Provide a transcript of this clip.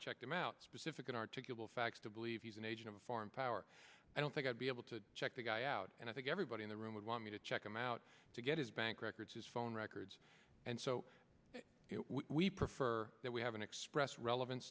i checked him out specific inarticulate facts to believe he's an agent of a foreign power i don't think i'd be able to check the guy out and i think everybody in the room would want me to check him out to get his bank records his phone records and so we prefer that we have an express relevant